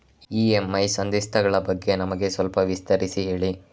EMI ಸಂಧಿಸ್ತ ಗಳ ಬಗ್ಗೆ ನಮಗೆ ಸ್ವಲ್ಪ ವಿಸ್ತರಿಸಿ ಹೇಳಿ